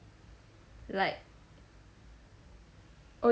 like